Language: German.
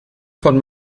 von